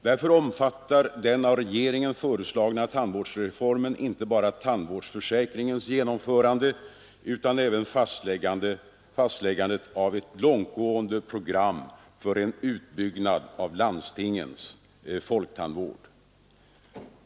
Därför omfattar den av regeringen föreslagna tandvårdsreformen inte bara tandvårdsförsäkringens genomförande utan även fastläggandet av ett långtgående program för en utbyggnad av landstingens folktandvård.